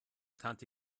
tante